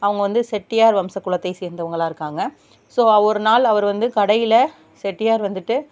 அவங்க வந்து செட்டியார் வம்ச குலத்தை சேர்ந்தவங்களாக இருக்காங்க ஸோ ஒரு நாள் அவர் வந்து கடையில் செட்டியார் வந்துவிட்டு